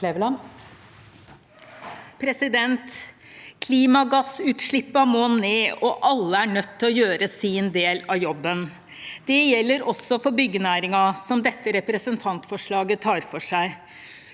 Klimagassut- slippene må ned, og alle er nødt til å gjøre sin del av jobben. Det gjelder også for byggenæringen, som dette representantforslaget tar for seg.